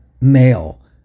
male